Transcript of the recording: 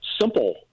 simple